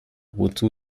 wozu